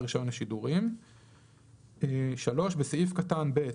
רישיון לשידורים ולמעט מפעיל רט"ן."; בסעיף קטן (ב),